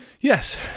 Yes